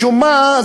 משום מה,